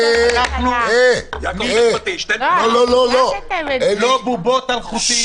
לא בובות על חוטים.